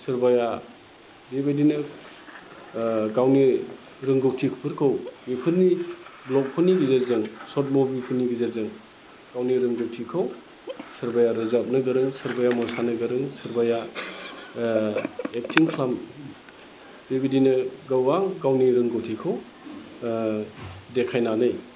सोरबाया बेबायदिनो गावनि रोंगौथिफोरखौ बेफोरनि भ्लगफोरनि गेजेरजों शर्ट मुभिफोरनि गेजेरजों गावनि रोंगौथिखौ सोरबाया रोजाबनो गोरों सोरबाया मोसानो गोरों सोरबाया एकटिं खालामो बेबायदिनो गोबां गावनि रोंगौथिखौ देखायनानै